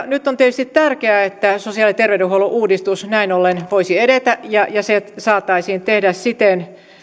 nyt on tietysti tärkeää että sosiaali ja terveydenhuollon uudistus näin ollen voisi edetä ja se saataisiin tehdä siten